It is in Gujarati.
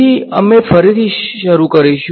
તેથી અમે ફરીથી શરૂ કરીશું